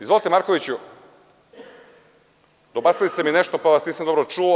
Izvolite Markoviću, dobacili ste mi nešto, pa vas nisam dobro čuo.